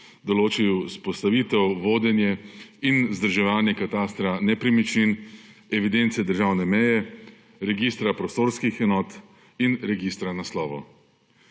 določil vzpostavitev, vodenje in vzdrževanje katastra nepremičnin, evidence državne meje, registra prostorskih enot in registra naslovov.